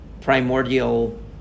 primordial